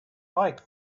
like